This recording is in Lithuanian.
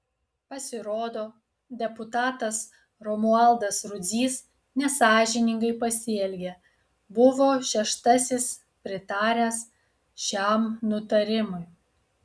pasirodo deputatas romualdas rudzys nesąžiningai pasielgė buvo šeštasis pritaręs šiam nutarimui